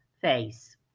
face